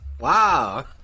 Wow